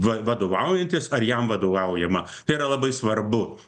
va vadovaujantis ar jam vadovaujama tai yra labai svarbu